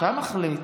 אתה מחליט.